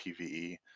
pve